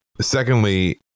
Secondly